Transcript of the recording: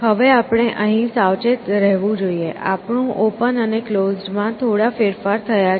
હવે આપણે અહીં સાવચેત રહેવું જોઈએ આપણું ઓપન અને ક્લોઝડ માં થોડા ફેરફાર થયા છે